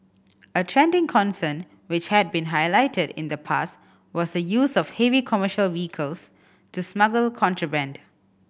a trending concern which had been highlighted in the past was the use of heavy commercial vehicles to smuggle contraband